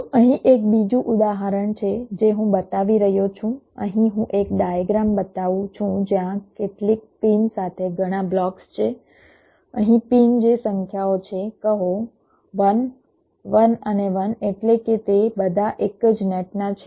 તો અહીં એક બીજું ઉદાહરણ છે જે હું બતાવી રહ્યો છું અહીં હું એક ડાયગ્રામ બતાવું છું જ્યાં કેટલીક પિન સાથે ઘણા બ્લોક્સ છે અહીં પિન જે સંખ્યાઓ છે કહો 1 1 અને 1 એટલે કે તે બધા એક જ નેટના છે